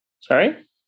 Sorry